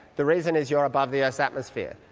the reason is you're above the earth's atmosphere.